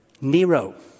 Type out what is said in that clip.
Nero